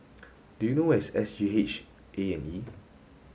do you know where is S G H A and E